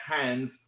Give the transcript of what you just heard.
hands